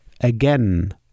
again